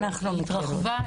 היא התרחבה,